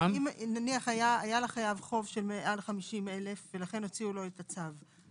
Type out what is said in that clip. שנניח היה לחייב חוב של מעל 50,000 ולכן הוציאו לו את הצו,